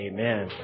Amen